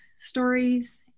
stories